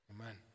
Amen